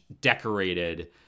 decorated